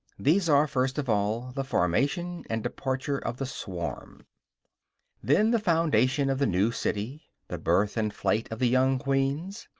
these are, first of all, the formation and departure of the swarm then, the foundation of the new city, the birth and flight of the young queens,